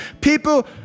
People